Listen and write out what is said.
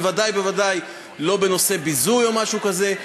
בוודאי ובוודאי לא בנושא ביזוי או משהו כזה.